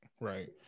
right